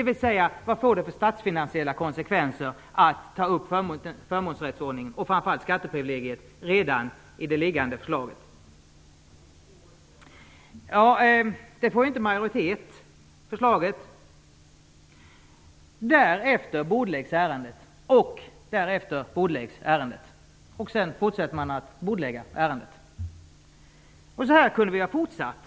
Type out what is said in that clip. Vad får det för statsfinansiella konsekvenser att ta upp förmånsrättsordningen och framför allt skatteprivilegier redan i det liggande förslaget? Förslaget får inte majoritet. Därefter bordläggs ärendet, och därefter bordläggs ärendet på nytt. Sedan fortsätter man att bordlägga ärendet. Så här kunde vi ha fortsatt.